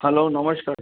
hello नमश्कार